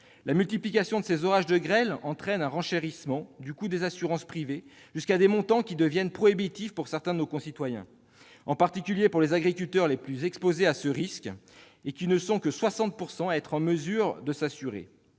La multiplication de ces orages de grêle entraîne un renchérissement du coût des assurances privées, jusqu'à des montants devenant prohibitifs pour certains de nos concitoyens, en particulier les agriculteurs, le plus exposés à ce risque, qui ne sont que 60 % à être en mesure de s'assurer.